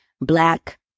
black